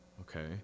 okay